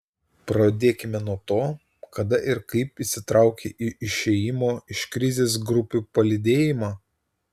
pradėkime nuo to kada ir kaip įsitraukei į išėjimo iš krizės grupių palydėjimą